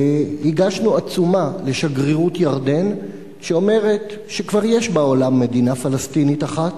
הגשנו עצומה לשגרירות ירדן שאומרת שכבר יש בעולם מדינה פלסטינית אחת,